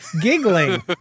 giggling